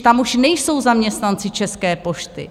Tam už nejsou zaměstnanci České pošty.